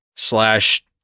Slash